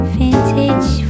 vintage